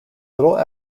little